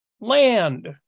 land